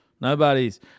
Nobody's